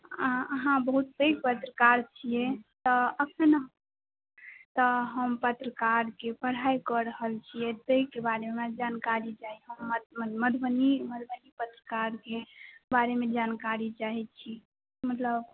अहाँ अहाँ बहुत पैघ पत्रकार छियै तऽ एखन तऽ हम पत्रकारके पढ़ाइ कऽ रहल छियै ताहिके बारेमे जानकारी चाही हम मधुबनी मधुबनी हमर घर पत्रकारके बारेमे जानकारी चाहैत छी मतलब